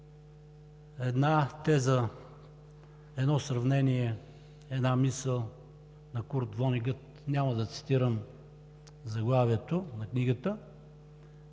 една теза, едно сравнение, една мисъл на Кърт Вонегът, няма да цитирам заглавието на книгата,